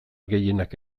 gehienak